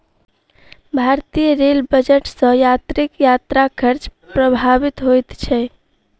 भारतीय rail budget सॅ यात्रीक यात्रा खर्च प्रभावित होइत छै